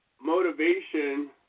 motivation